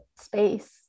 space